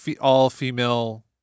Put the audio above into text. all-female